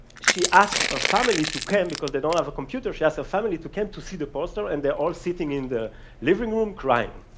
she asked her ah family to come, because they don't have a computer, she asked her family to come to see the poster, and they're all sitting in the living room crying.